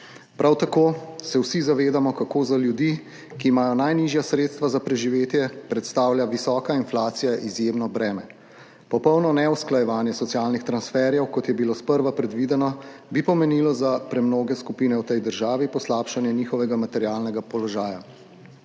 Prav tako se vsi zavedamo, kako za ljudi, ki imajo najnižja sredstva za preživetje, predstavlja visoka inflacija izjemno breme. Popolno neusklajevanje socialnih transferjev, kot je bilo sprva predvideno, bi pomenilo za premnoge skupine v tej državi poslabšanje njihovega materialnega položaja.